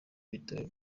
ibitabo